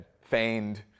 feigned